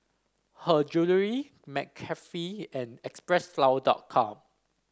Her Jewellery McCafe and Xpressflower dot com